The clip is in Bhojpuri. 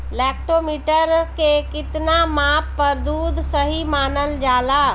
लैक्टोमीटर के कितना माप पर दुध सही मानन जाला?